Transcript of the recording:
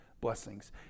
blessings